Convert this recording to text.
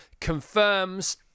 confirms